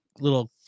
little